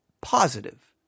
positive